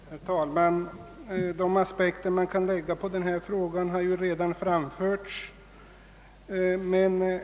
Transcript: Herr talman! De aspekter som kan läggas på denna fråga har redan framförts här.